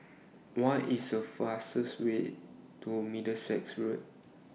What IS The fastest Way to Middlesex Road